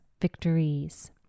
victories